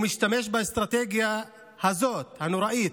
הוא משתמש באסטרטגיה הזאת, הנוראית,